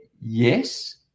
yes